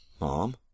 Mom